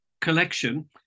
collection